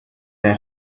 der